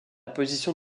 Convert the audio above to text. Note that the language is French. position